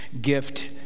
gift